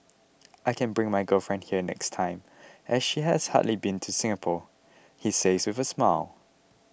I can bring my girlfriend here next time as she has hardly been to Singapore he says with a smile